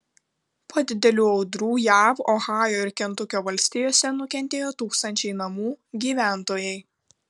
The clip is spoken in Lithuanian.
po didelių audrų jav ohajo ir kentukio valstijose nukentėjo tūkstančiai namų gyventojai